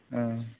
ᱚ